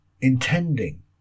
intending